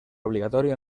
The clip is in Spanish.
obligatorio